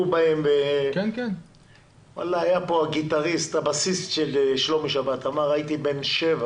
היה פה הבאסיסט של שלומי שבת וסיפר שהוא היה בן שבע